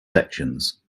sections